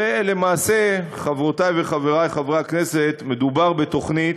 למעשה, חברותי וחברי חברי הכנסת, מדובר בתוכנית,